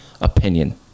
opinion